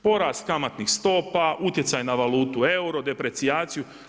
Porast kamatnih stopa, utjecaj na valutu euro, deprecijaciju.